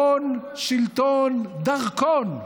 הון, שלטון, דרכון.